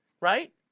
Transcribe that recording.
right